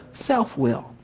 self-will